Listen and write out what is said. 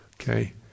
Okay